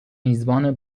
میزبان